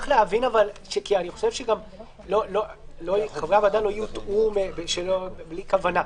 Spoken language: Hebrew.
לילך, כדי שחברי הוועדה לא יוטעו בלי כוונה,